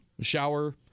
shower